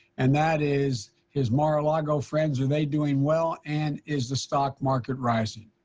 and that is his mar-a-lago friends, are they doing well, and is the stock market rising.